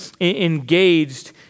engaged